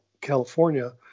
California